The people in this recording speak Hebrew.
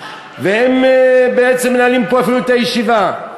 והם בעצם מנהלים פה אפילו את הישיבה.